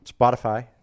Spotify